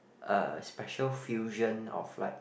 uh special fusion of like